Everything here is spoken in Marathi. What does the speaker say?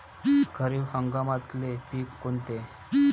खरीप हंगामातले पिकं कोनते?